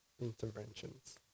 interventions